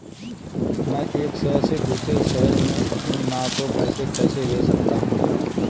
मैं एक शहर से दूसरे शहर में अपनी माँ को पैसे कैसे भेज सकता हूँ?